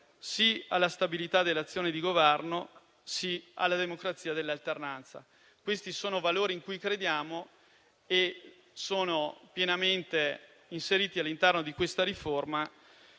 sì alla stabilità dell'azione di Governo, sì alla democrazia dell'alternanza: questi sono valori in cui crediamo e sono pienamente inseriti all'interno di questa riforma